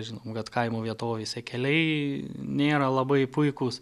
žinome kad kaimo vietovėse keliai nėra labai puikūs